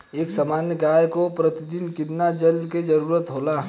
एक सामान्य गाय को प्रतिदिन कितना जल के जरुरत होला?